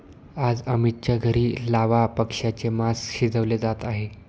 आज अमितच्या घरी लावा पक्ष्याचे मास शिजवले जात आहे